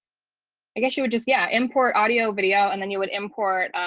i guess you would just yeah, import audio video and then you would import.